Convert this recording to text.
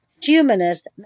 humanist